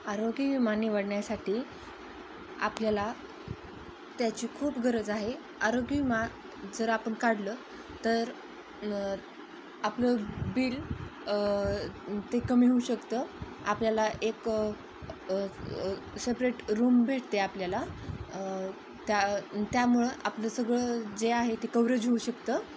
आरोग्य विमा निवडण्यासाठी आपल्याला त्याची खूप गरज आहे आरोग्य विमा जर आपण काढलं तर आपलं बिल ते कमी होऊ शकतं आपल्याला एक सेपरेट रूम भेटते आपल्याला त्या त्यामुळं आपलं सगळं जे आहे ते कवरेज होऊ शकतं